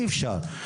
אי אפשר.